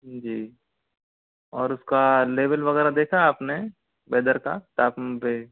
जी और उसका लेवल वगैरह देखा आपने वेदर का